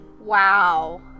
Wow